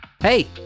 hey